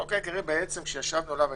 החוק העיקרי שישיבנו עליו,